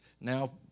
now